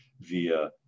via